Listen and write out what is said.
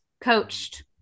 coached